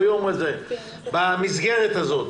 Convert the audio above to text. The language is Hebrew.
במסגרת הזאת,